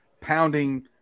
pounding